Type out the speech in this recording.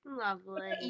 lovely